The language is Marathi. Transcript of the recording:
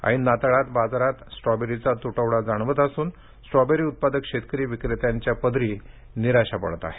ऐन नाताळात बाजारात स्ट्रॉबेरीचा तुटवडा जाणवत असून स्ट्रॉबेरी उत्पादक शेतकरी विक्रेत्यांच्या पदरी निराशा पडली आहे